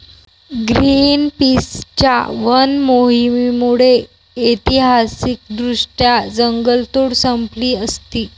ग्रीनपीसच्या वन मोहिमेमुळे ऐतिहासिकदृष्ट्या जंगलतोड संपली असती